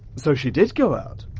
so she did go out!